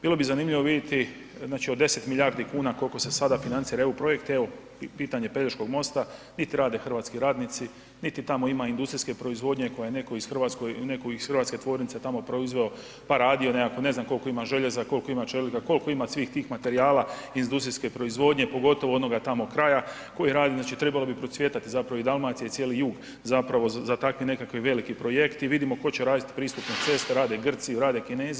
Bilo bi zanimljivo vidjeti od 10 milijardi kuna koliko se sada financira EU projekt i evo pitanje Pelješkog mosta, nit rade hrvatski radnici, niti tamo ima industrijske proizvodnje koje je netko iz hrvatske tvornice tamo proizveo pa radio nekako, ne znam kolko ima željeza, kolko ima čelika, kolko ima svih tih materijala iz industrijske proizvodnje pogotovo onoga tamo kraja koji radi, znači trebalo bi procvjetati zapravo i Dalmacija i cijeli jug zapravo za takvi nekakvi veliki projekt i vidimo tko će raditi pristupne ceste, rade Grci, rade Kinezi.